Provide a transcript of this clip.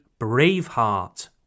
Braveheart